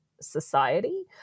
society